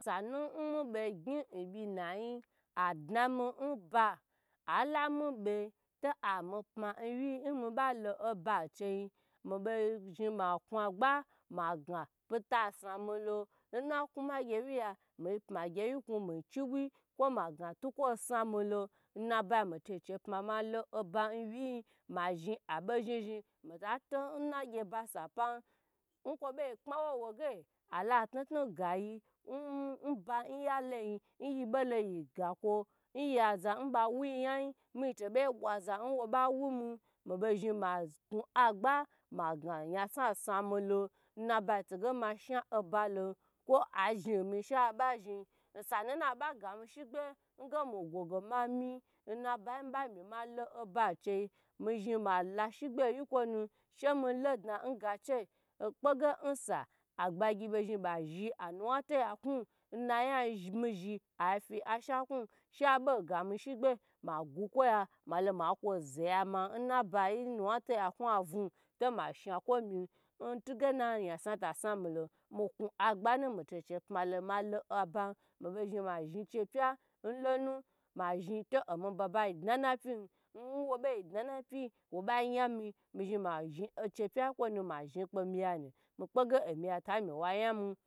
Sa nu mye bo gyi n byinai adnami n ba ala mi be to a mi pma wyi malo ba chi mi bo zhni ma knagba ma gyah peta sna milo n na knuma gyiwyi ya mi pma gewyi kwu mi chepyi kwo magna tukwo snamilo n na byi mi to che pma malo oba n wyi mazhni abo zhni zhni mi ta to n nagyiba sa pam n kwobo kpawo wo gyi ala knuknu gayi n ba n yaloi n yie bolo yei gakwo nya za n ba wyi nya mi to bei bwaza n wo be wumi mibo zhni maknugba magna nyasna snamilo n na byi to ge ma shna ba lo kwo i zhni mi she abe zhi osanu na ba gami shegbe ge mi go ma mi n na byi n mi be mi malo oba chi mi zhni mala shegbe yikwonu she milo dna n gache ho kpogye n sna agbagyi bo zhni be zhyi anu wya to yaknu n na nya mizhni aifi a shakwu she a gami shegbe ma gukwaya ma buku ya ma n na vnu to ma shnakwo mi n tugye na nyasnu ta snu milom me zhni ma zhni che pya n lonu to n baba dna na pyim n wo boi dna na pyi wo be nyami mi zhni mazhni che mazhi kpa miya nu mi kpegyi omi ya ta nya mi